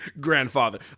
Grandfather